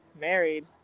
married